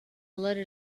letter